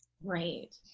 Right